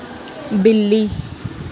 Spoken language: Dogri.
बिल्ली